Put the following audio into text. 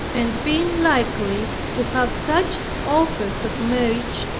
and been likely to have such offers of marriage,